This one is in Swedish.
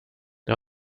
det